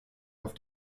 auf